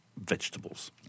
vegetables